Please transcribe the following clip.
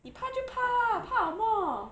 你怕就怕 lah 怕什么